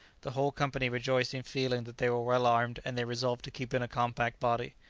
the whole company rejoiced in feeling that they were well armed, and they resolved to keep in a compact body.